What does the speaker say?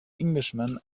englishman